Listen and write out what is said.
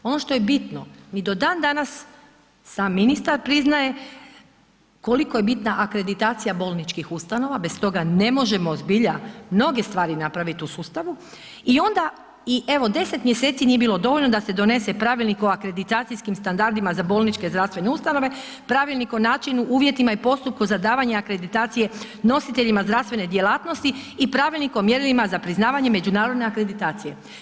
Ono što je bitno, mi do dan danas, sam ministar priznaje koliko je bitna akreditacija bolničkih ustanova, bez toga ne možemo zbilja mnoge stvari napraviti u sustavu i onda, evo 10 mjeseci nije bilo dovoljno da se donese pravilnik o akreditacijskim standardima za bolničke zdravstvene ustanove, pravilnik o načinu, uvjetima i postupku zadavanja akreditacije nositeljima zdravstvene djelatnosti i Pravilnik o mjerilima za priznavanje međunarodne akreditacije.